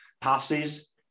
passes